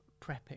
prepping